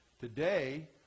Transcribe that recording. Today